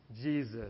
Jesus